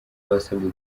basabwe